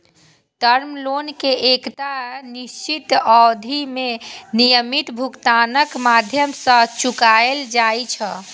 term loan कें एकटा निश्चित अवधि मे नियमित भुगतानक माध्यम सं चुकाएल जाइ छै